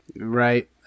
Right